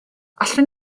allwn